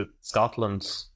Scotland